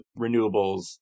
renewables